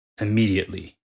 immediately